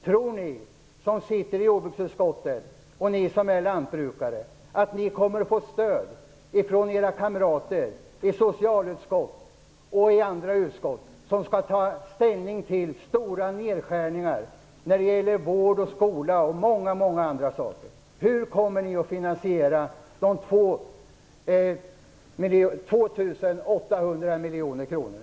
Tror ni som sitter i jordbruksutskottet och ni som är lantbrukare att ni kommer att få stöd från era kamrater i socialutskottet och i andra utskott, som skall ta ställning till stora nedskärningar i vården, i skolan och på många andra områden? Hur kommer ni att finansiera de 2 800 miljonerna?